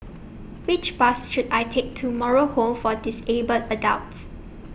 Which Bus should I Take to Moral Home For Disabled Adults